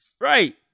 right